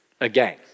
again